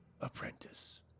apprentice